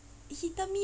he hinted me